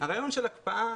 הרעיון של הקפאה